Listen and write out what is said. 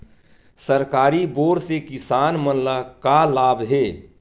सरकारी बोर से किसान मन ला का लाभ हे?